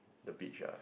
the beach ah